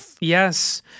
Yes